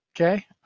Okay